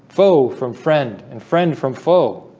foe from friend and friend from foe